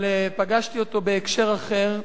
אבל פגשתי אותו בהקשר אחר.